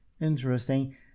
Interesting